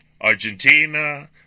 Argentina